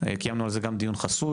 קיימנו על זה גם דיון חסוי,